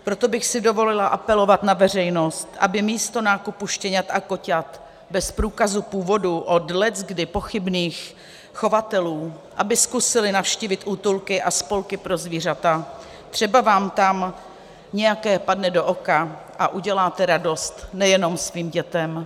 Proto bych si dovolila apelovat na veřejnost, aby místo nákupu štěňat a koťat bez průkazu původu od leckdy pochybných chovatelů zkusili navštívit útulky a spolky pro zvířata, třeba vám tam nějaké padne do oka a uděláte radost nejenom svým dětem.